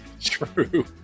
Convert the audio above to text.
True